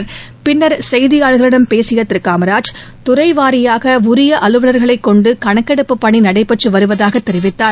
அன்பழகன் பின்னர் செய்தியாளர்களிடம் பேசிய திரு காமராஜ் துறைவாரியாக உரிய அலுவலர்களை கொண்டு கணக்கெடுப்பு பணி நடைபெற்று வருவதாக தெரிவித்தார்